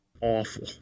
awful